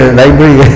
library